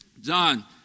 John